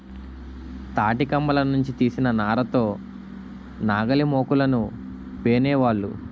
తాటికమ్మల నుంచి తీసిన నార తో నాగలిమోకులను పేనేవాళ్ళు